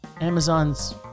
Amazon's